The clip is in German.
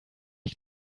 ich